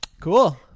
Cool